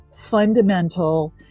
fundamental